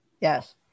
Yes